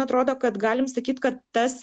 atrodo kad galim sakyt kad tas